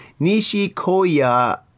Nishikoya